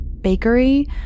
Bakery